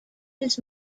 his